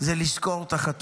בכנסת זה לזכור את החטופים,